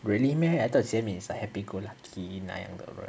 really meh I thought jie min is like happy go lucky 那样的人